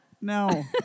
No